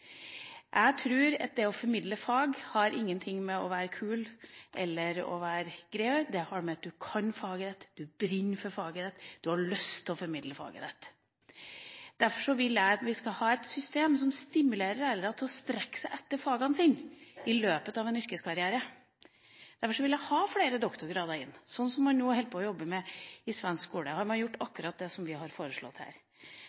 Jeg tror at det å formidle fag ikke har noe med å være kul eller å være grei å gjøre, det har med at du kan faget ditt, du brenner for faget ditt, du har lyst til å formidle faget ditt. Derfor vil jeg at vi skal ha et system som stimulerer lærere til å strekke seg etter fagene sine i løpet av en yrkeskarriere. Derfor vil jeg ha flere doktorgrader inn, sånn som man nå holder på å jobbe med i svensk skole. Der har man gjort